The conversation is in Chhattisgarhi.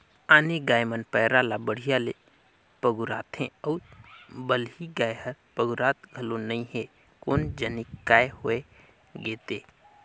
आने गाय मन पैरा ला बड़िहा ले पगुराथे अउ बलही गाय हर पगुरात घलो नई हे कोन जनिक काय होय गे ते